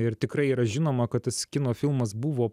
ir tikrai yra žinoma kad tas kino filmas buvo